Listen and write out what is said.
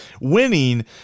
winning